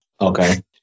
Okay